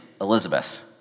Elizabeth